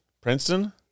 Princeton